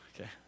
Okay